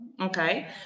okay